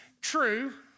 True